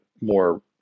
more